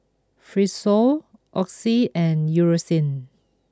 Fibrosol Oxy and Eucerin